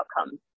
outcomes